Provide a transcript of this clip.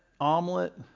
omelet